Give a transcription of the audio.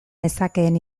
nezakeen